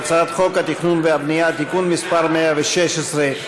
חוק התכנון והבנייה (תיקון מס' 116),